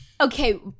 Okay